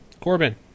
Corbin